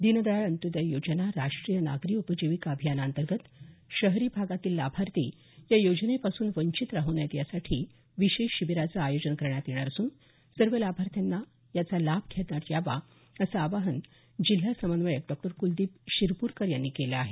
दीनदयाळ अंत्योदय योजना राष्ट्रीय नागरी उपजीविका अभियानांतर्गत शहरी भागातील लाभार्थी या योजनेपासून वंचित राहू नये त्यासाठी विशेष शिबीराचं आयोजन करण्यात येणार असुन सर्व लाभार्थ्यांनी याचा लाभ घ्यावा असं आवाहन जिल्हा समन्वयक डॉ कुलदीप शिरपूरकर यांनी केलं आहे